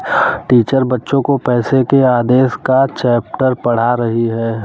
teacher बच्चो को पैसे के आदेश का चैप्टर पढ़ा रही हैं